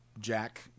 Jack